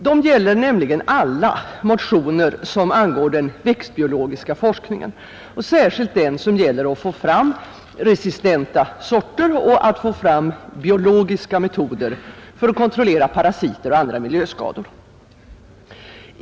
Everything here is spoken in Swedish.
De gäller alla motioner rörande den växtbiologiska forskningen, särskilt den som avser att få fram resistenta sorter och biologiska metoder för att kontrollera parasiter och andra miljöskador.